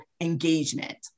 engagement